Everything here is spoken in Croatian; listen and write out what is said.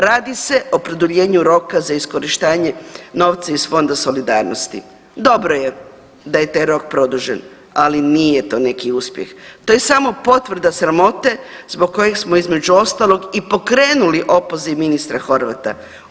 Radi se o produljenju roka za iskorištenje novca iz Fonda solidarnosti, dobro je da je taj rok produžen, ali nije to neki uspjeh, to je samo potvrda sramote zbog kojeg smo između ostalog i pokrenuli opoziv ministra Horvata.